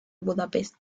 budapest